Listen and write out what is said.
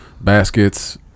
baskets